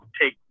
take